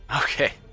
Okay